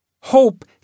Hope